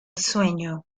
sueño